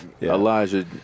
Elijah